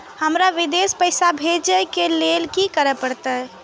हमरा विदेश पैसा भेज के लेल की करे परते?